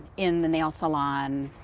in the nail salon,